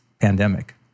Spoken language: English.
pandemic